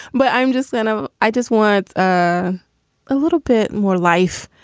but i'm just then. ah i just want a ah little bit more life.